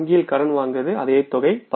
வங்கியில் கடன் வாங்கும் தொகை 15000